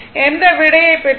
எந்த விடையை பெற்றாலும்